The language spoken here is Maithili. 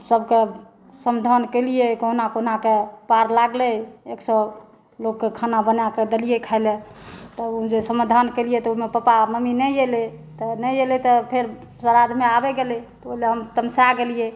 सब कऽ समाधान केलियै कहुना कहुना कऽ पार लागलै एक सए लोक कऽ खाना बनाए कऽ देलियै खाय लऽ तऽ ओ जे समाधान केलियै तऽ ओहिमे तऽ पापा मम्मी नहि अयलै तऽ नहि अयलै तऽ फेर सराधमे आबै गेलै तऽ ओहि लऽ हम तमसाए गेलियै